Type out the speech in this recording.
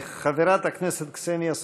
חברת הכנסת קסניה סבטלובה,